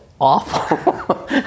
awful